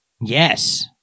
Yes